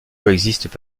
coexistent